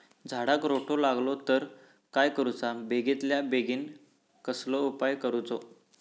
झाडाक रोटो लागलो तर काय करुचा बेगितल्या बेगीन कसलो उपाय करूचो?